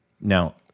Now